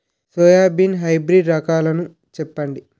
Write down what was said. Soybean hybrid రకాలను చెప్పండి?